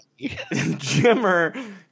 Jimmer